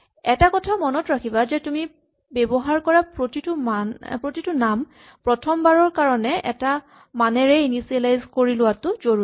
এটা কথা মনত ৰাখিবা যে তুমি ব্যৱহাৰ কৰা প্ৰতিটো নাম প্ৰথম বাৰৰ কাৰণে এটা মানেৰে ইনিচিয়েলাইজ কৰি লোৱাটো জৰুৰী